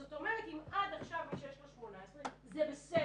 זאת אומרת, עד עכשיו מי שיש לו 18, זה בסדר,